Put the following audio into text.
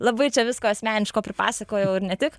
labai čia visko asmeniško pripasakojau ir ne tik